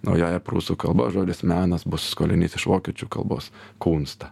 naująja prūsų kalba žodis menas bus skolinys iš vokiečių kalbos kunsta